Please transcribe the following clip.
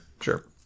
sure